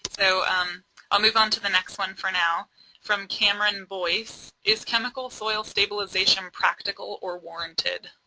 so um i'll move on to the next one for now from cameron boyce. is chemical soil stabilization practical or warranted?